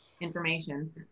information